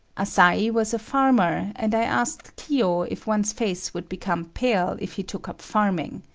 asai was a farmer, and i asked kiyo if one's face would become pale if he took up farming.